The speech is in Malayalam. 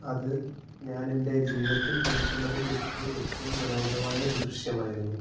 അത് ഞാൻ എൻ്റെ ജീവിതത്തിൽ കണ്ടിട്ടുള്ളതിൽ വച്ചിട്ട് ഏറ്റവും മനോഹരമായ ഒരു ദൃശ്യമായിരുന്നു